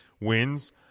wins –